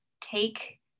take